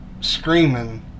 screaming